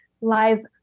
lies